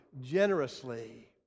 generously